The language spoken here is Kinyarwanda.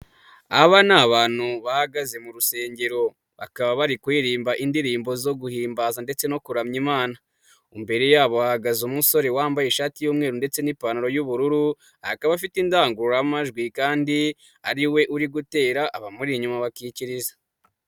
Aba ni abantu bahagaze mu rusengero, bakaba bari kuririmba indirimbo zo guhimbaza ndetse no kuramya Imana, imbere yabo hahagaze umusore wambaye ishati y'umweru ndetse n'ipantaro y'ubururu, akaba afite indangururamajwi kandi ari we uri gutera abamuri inyuma bakikiriza.